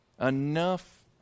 Enough